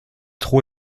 trop